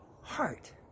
heart